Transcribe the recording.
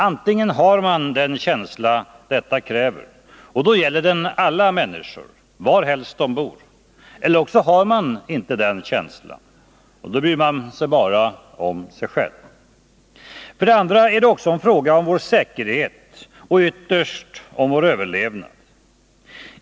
Antingen har man den känsla detta kräver, och då gäller den alla människor varhelst de bor. Eller så har man inte den känslan, och då bryr man sig bara om sig själv. För det andra är det också en fråga om vår säkerhet och ytterst om vår överlevnad.